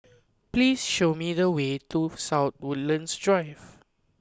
please show me the way to South Woodlands Drive